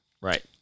Right